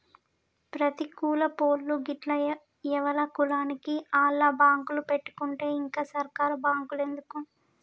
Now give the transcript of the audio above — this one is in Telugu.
ప్రతి కులపోళ్లూ గిట్ల ఎవల కులానికి ఆళ్ల బాంకులు పెట్టుకుంటే ఇంక సర్కారు బాంకులెందుకు